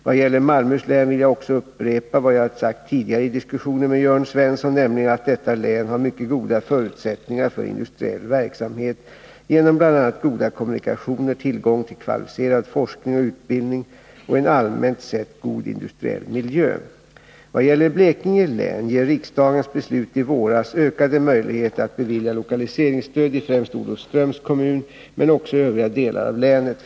Vad gäller Malmöhus län vill jag också upprepa vad jag sagt i tidigare diskussioner med Jörn Svensson, nämligen att detta län har mycket goda förutsättningar för industriell verksamhet genom bl.a. goda kommunikationer, tillgång till kvalificerad forskning och utbildning och en allmänt sett god industriell miljö. Vad gäller Blekinge län ger riksdagens beslut i våras ökade möjligheter att bevilja lokaliseringsstöd, främst i Olofströms kommun men också i övriga delar av länet.